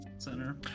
center